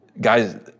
guys